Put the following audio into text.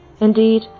Indeed